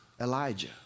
Elijah